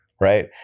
right